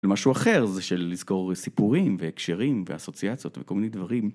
למשהו אחר זה שלזכור סיפורים והקשרים ואסוציאציות וכל מיני דברים.